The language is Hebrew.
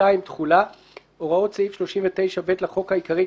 תחולה 2. הוראות סעיף 39(ב) לחוק העיקרי,